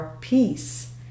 peace